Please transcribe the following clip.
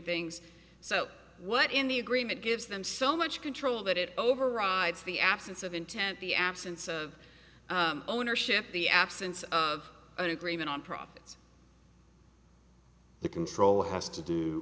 things so what in the agreement gives them so much control that it overrides the absence of intent the absence of ownership the absence of an agreement on profits the control has to do